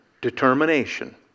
determination